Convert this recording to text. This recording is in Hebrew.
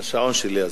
השעון שלי הזמן.